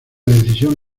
decisión